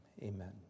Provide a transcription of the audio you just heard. Amen